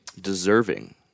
deserving